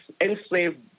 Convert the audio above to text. enslaved